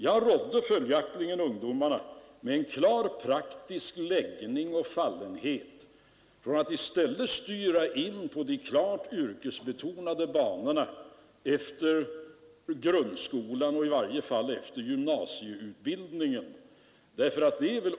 Jag rådde följaktligen ungdomar med en klart praktisk läggning och fallenhet att i stället styra in på de rent yrkesbetonade banorna efter grundskolan och i varje fall efter gymnasieutbildningen.